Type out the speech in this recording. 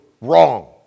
wrong